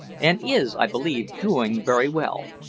and is, i believe, doing very well.